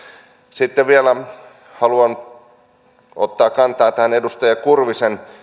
sitten haluan vielä ottaa kantaa tähän edustaja kurvisen